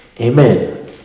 Amen